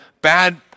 bad